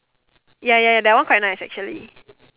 ya ya that one quite nice actually